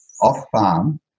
off-farm